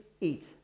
eat